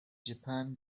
japan